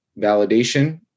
validation